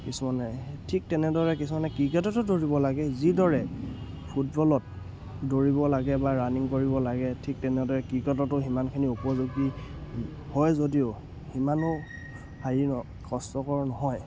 কিছুমানে ঠিক তেনেদৰে কিছুমানে ক্ৰিকেটতো দৌৰিব লাগে যিদৰে ফুটবলত দৌৰিব লাগে বা ৰানিং কৰিব লাগে ঠিক তেনেদৰে ক্ৰিকেটতো সিমানখিনি উপযোগী হয় যদিও সিমানো হেৰি কষ্টকৰ নহয়